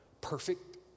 Perfect